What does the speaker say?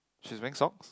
she's wearing socks